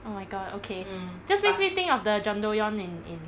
oh my god okay just makes me think of the john do yon in in